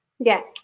Yes